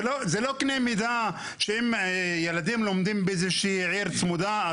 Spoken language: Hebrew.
זה לא קנה מידה שאם ילדים לומדים באיזושהי עיר צמודה,